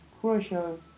crucial